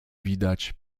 widać